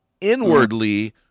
inwardly